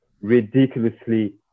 ridiculously